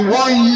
one